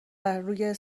بروی